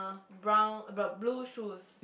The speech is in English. brown blue shoes